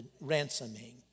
ransoming